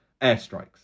airstrikes